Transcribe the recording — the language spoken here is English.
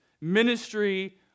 ministry